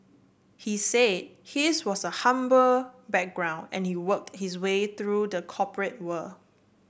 he said his was a humble background and he worked his way through the corporate world